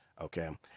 Okay